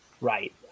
Right